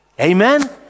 amen